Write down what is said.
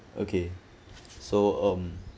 okay so um